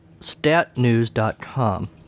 statnews.com